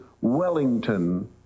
Wellington